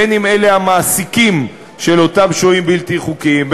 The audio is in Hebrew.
בין שאלה המעסיקים של אותם שוהים בלתי חוקיים,